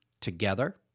together